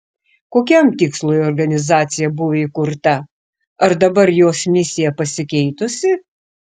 kokiam tikslui organizacija buvo įkurta ar dabar jos misija pasikeitusi